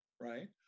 Right